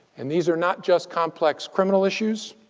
and these are not just complex criminal issues,